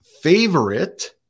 Favorite